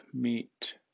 meet